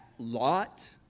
lot